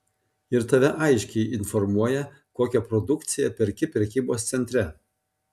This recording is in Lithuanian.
ir tave aiškiai informuoja kokią produkciją perki prekybos centre